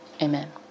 Amen